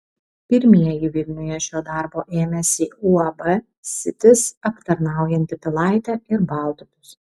pirmieji vilniuje šio darbo ėmėsi uab sitis aptarnaujanti pilaitę ir baltupius